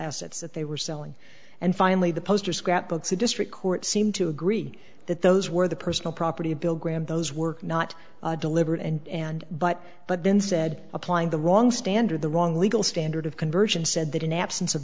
assets that they were selling and finally the poster scrapbooks the district court seemed to agree that those were the personal property of bill graham those were not deliberate and but but then said applying the wrong standard the wrong legal standard of conversion said that in absence of